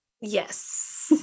yes